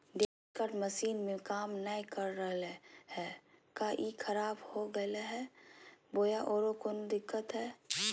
Debit card machine में काम नाय कर रहले है, का ई खराब हो गेलै है बोया औरों कोनो दिक्कत है?